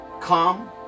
Come